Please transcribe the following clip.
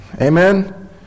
Amen